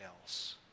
else